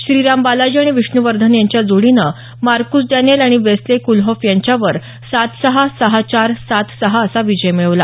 श्रीराम बालाजी आणि विष्णू वर्धन यांच्या जोडीनं मार्कूस डॅनियल आणि वेस्ले कूलहॉफ यांच्यावर सात सहा सहा चार सात सहा असा विजय मिळवला